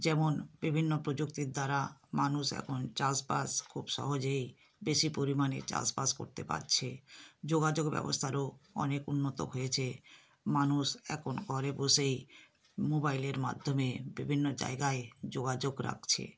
যেমন বিভিন্ন প্রযুক্তির দ্বারা মানুষ এখন চাষবাস খুব সহজেই বেশি পরিমাণে চাষবাস করতে পাচ্ছে যোগাযোগ ব্যবস্থারও অনেক উন্নত হয়েছে মানুষ এখন ঘরে বসেই মোবাইলের মাধ্যমে বিভিন্ন জায়গায় যোগাযোগ রাখছে